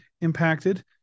impacted